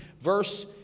verse